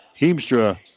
Heemstra